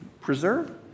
preserve